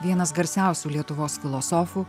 vienas garsiausių lietuvos filosofų